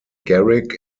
garrick